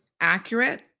accurate